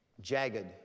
Jagged